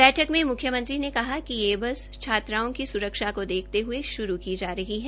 बैठक में मुख्यमंत्री ने कहा कि ये बस छात्राओं की स्रक्षा को देखते हए श्रू की जा रही है